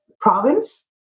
province